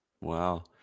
wow